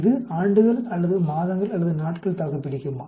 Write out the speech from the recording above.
இது ஆண்டுகள் அல்லது மாதங்கள் அல்லது நாட்கள் தாக்குப்பிடிக்குமா